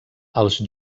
els